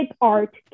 art